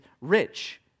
rich